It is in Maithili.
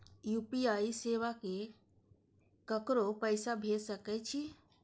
यू.पी.आई सेवा से ककरो पैसा भेज सके छी?